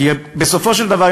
כי בסופו של דבר,